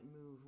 move